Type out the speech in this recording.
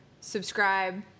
subscribe